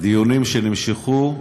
דיונים שנמשכו,